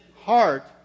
heart